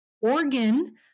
organ